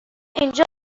اینجا